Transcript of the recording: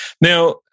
Now